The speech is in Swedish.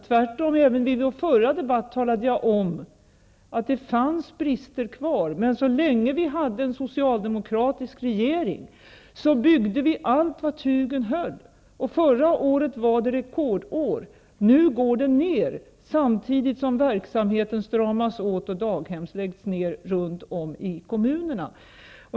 Tvärtom, även i vår förra debatt talade jag om att det fanns brister kvar, men så länge vi hade en socialdemokratisk regering byggde vi allt vad tygen höll, och förra året var ett rekordår. Nu går det ner, samtidigt som verksamheten stramas åt och daghem läggs ner runt om i kommunerna.